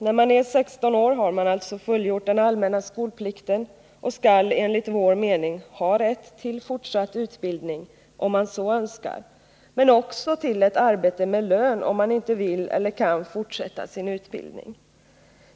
När man är 16 år har man alltså fullgjort den allmänna skolplikten och skall enligt vår mening ha rätt till fortsatt utbildning, om man så önskar, men också till ett arbete med lön om man inte vill eller kan fortsätta en utbildning.